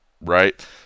right